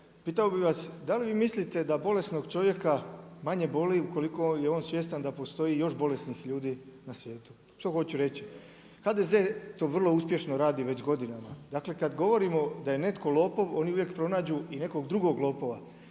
pitao bi vas da li vi mislite da bolesnog čovjeka manje boli ukoliko je on svjestan da postoji još bolesnih ljudi na svijetu? Što hoću reći? HDZ to vrlo uspješno radi već godinama. Dakle kad govorimo da je netko lopov, oni uvijek pronađu i nekog drugog lopova.